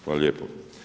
Hvala lijepo.